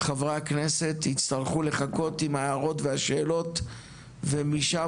חברי הכנסת יצטרכו לחכות עם ההערות והשאלות ומשם